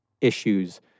issues